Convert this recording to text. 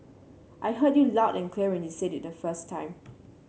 I heard you loud and clear when you said it the first time